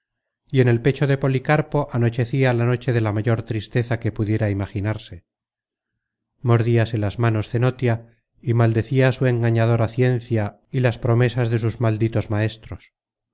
y en el pecho de policarpo anochecia la noche de la mayor tristeza que pudiera imaginarse mordíase las manos cenotia y maldecia su engañadora ciencia y las promesas de sus malditos maestros